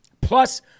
plus